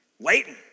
waiting